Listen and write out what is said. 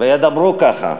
וידברו ככה,